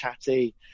chatty